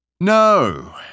no